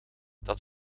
dat